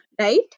Right